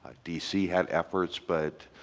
ah d c. had efforts, but